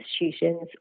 institutions